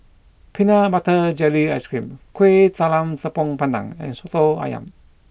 Peanut Butter Jelly Ice Cream Kuih Talam Tepong Pandan and Soto Ayam